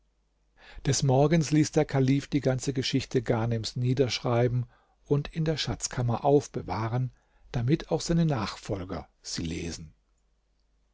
des morgens ließ der kalif die ganze geschichte ghanems niederschreiben und in der schatzkammer aufbewahren damit auch seine nachfolger sie lesen